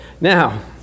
Now